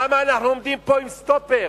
למה אנחנו עומדים פה עם סטופר,